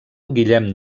guillem